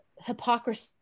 hypocrisy